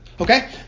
Okay